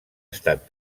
estat